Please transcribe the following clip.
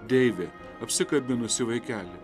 deivė apsikabinusi vaikelį